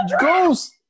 ghost